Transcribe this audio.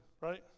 right